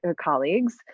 colleagues